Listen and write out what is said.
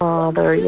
Father